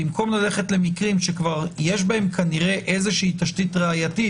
במקום ללכת למקרים שכבר יש בהם כנראה איזושהי תשתית ראייתית?